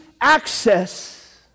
access